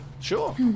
Sure